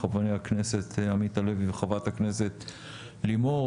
לחברי הכנסת עמית הלוי וחברת הכנסת לימור,